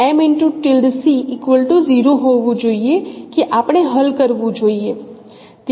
તેથી તે હોવું જોઈએ કે આપણે હલ કરવું જોઈએ